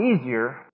easier